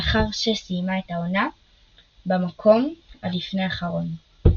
לאחר שסיימה את העונה במקום הלפני האחרון.